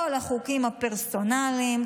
כל החוקים הפרסונליים,